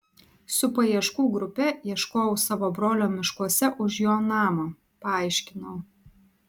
su paieškų grupe ieškojau savo brolio miškuose už jo namo paaiškinau